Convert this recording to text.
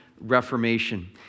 Reformation